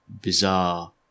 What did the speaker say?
bizarre